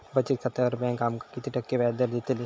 बचत खात्यार बँक आमका किती टक्के व्याजदर देतली?